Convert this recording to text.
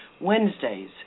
Wednesdays